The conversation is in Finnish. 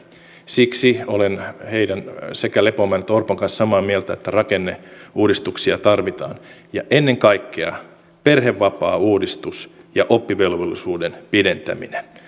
siksi olen heidän sekä lepomäen että orpon kanssaan samaa mieltä että rakenneuudistuksia tarvitaan ennen kaikkea perhevapaauudistus ja oppivelvollisuuden pidentäminen